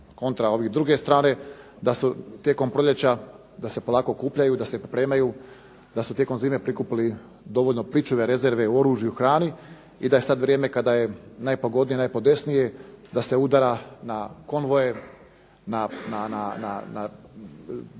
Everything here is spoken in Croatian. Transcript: kontra ove druge strane da su tijekom proljeća da se polako okupljaju, pripremaju da su tijekom zime prikupili dovoljno pričuve, rezerve u oružju i hrani i da sada vrijeme kad aje najpogodnije da se udara na konvoje, na